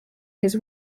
his